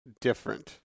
different